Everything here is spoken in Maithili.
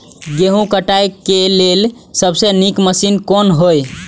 गेहूँ काटय के लेल सबसे नीक मशीन कोन हय?